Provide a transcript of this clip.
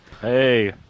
Hey